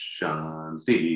Shanti